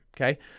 okay